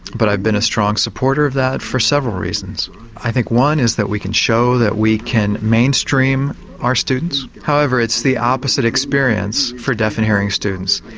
but i've been a strong supporter of that for several reasons i think one is that we can show that we can mainstream our students however, it's the opposite experience for deaf and hearing students.